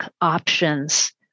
options